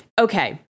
Okay